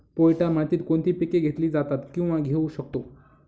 पोयटा मातीत कोणती पिके घेतली जातात, किंवा घेऊ शकतो?